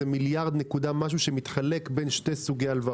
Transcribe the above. זה מיליארד נקודה משהו שמתחלק בין שני סוגי הלוואות.